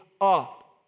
up